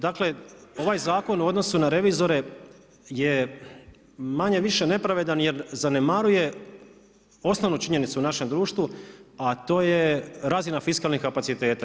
Dakle, ovaj zakon u odnosu na revizore je manje-više nepravedan jer zanemaruje osnovnu činjenicu u našem društvu, a to je razina fiskalnih kapaciteta.